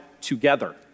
together